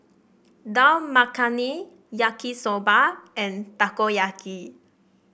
Dal Makhani Yaki Soba and Takoyaki